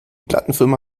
plattenfirma